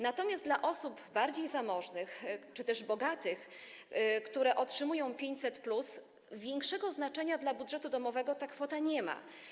Natomiast dla osób bardziej zamożnych czy też bogatych, które otrzymują 500+, większego znaczenia dla budżetu domowego ta kwota nie ma.